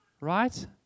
Right